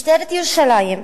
משטרת ירושלים,